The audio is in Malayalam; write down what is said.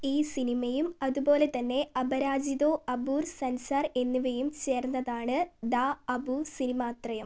ഈ സിനിമയും അതുപോലെ തന്നെ അപരാജിതോ അപൂർ സൻസാർ എന്നിവയും ചേർന്നതാണ് ദ അപു സിനിമ ത്രയം